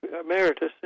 emeritus